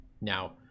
now